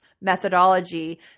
methodology